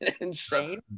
insane